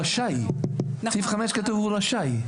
בסעיף 5 כתוב "רשאי".